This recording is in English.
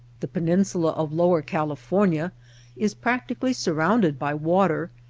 the peninsula of lower california is practically surrounded by water,